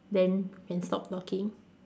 then stop talking